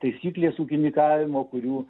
taisyklės ūkininkavimo kurių